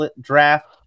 draft